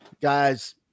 Guys